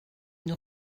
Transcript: une